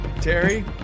Terry